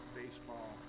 baseball